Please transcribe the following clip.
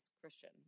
Christian